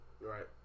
Right